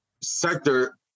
sector